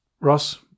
Ross